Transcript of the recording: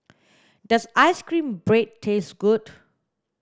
does ice cream bread taste good